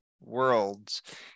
worlds